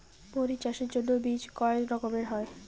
মরিচ চাষের জন্য বীজ কয় রকমের হয়?